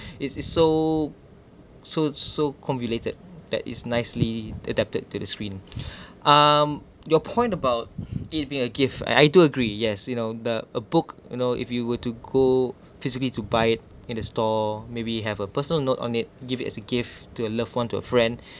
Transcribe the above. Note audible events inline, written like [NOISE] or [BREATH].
[BREATH] is is so so so convoluted that is nicely adapted to the screen [BREATH] um your point about it'd be a gift I do agree yes you know the a book you know if you were to go physically to buy it in a store maybe have a personal note on it give it as a gift to a loved one to a friend [BREATH]